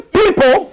people